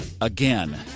Again